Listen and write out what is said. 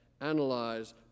analyze